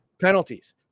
Penalties